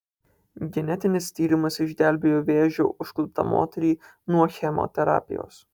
genetinis tyrimas išgelbėjo vėžio užkluptą moterį nuo chemoterapijos